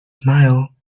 smile